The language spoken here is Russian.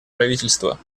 правительство